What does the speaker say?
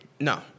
No